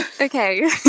Okay